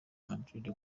madrid